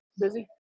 Busy